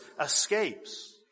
escapes